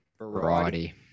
variety